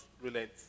relent